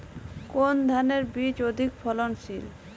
কোন ধানের বীজ অধিক ফলনশীল?